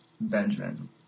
Benjamin